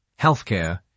healthcare